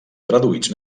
traduïts